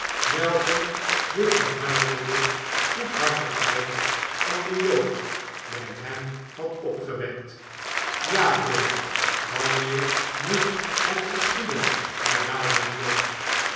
ke de gehuichelde goedhartigheid van den jood bij hem had opgewekt ja bill wanneer moet het geschieden her j haalde de jood